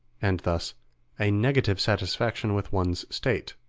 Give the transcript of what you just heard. and thus a negative satisfaction with one's state,